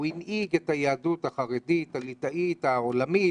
הוא הנהיג את היהדות החרדית הליטאית העולמית